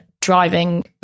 driving